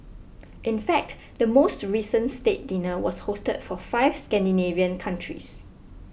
in fact the most recent state dinner was hosted for five Scandinavian countries